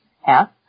half